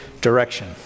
direction